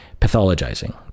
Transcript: pathologizing